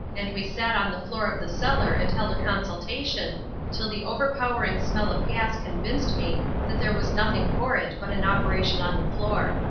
and we sat on the floor of the cellar and held a consultation till the overpowering smell of gas convinced me that there was nothing for it but an operation on the floor.